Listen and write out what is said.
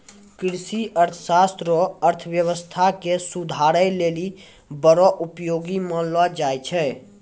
कृषि अर्थशास्त्र रो अर्थव्यवस्था के सुधारै लेली बड़ो उपयोगी मानलो जाय छै